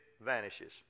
vanishes